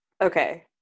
Okay